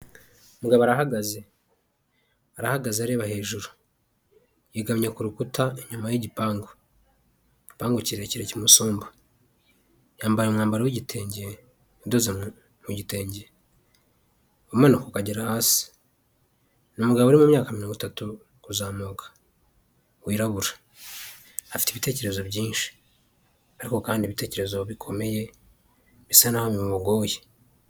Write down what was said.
Umugabo arahagaze, arahagaze areba hejuru, yegamye ku rukuta inyuma y'igipangu, ipangu kirekire kimusumba, yambaye umwambaro wigitenge udoze mu gitenge, umanuka ukagera hasi, ni umugabo uri mumyaka mirongo itatu kuzamuka wirabura, afite ibitekerezo byinshi, ariko kandi ibitekerezo bikomeye bisa nkaho bimugoye.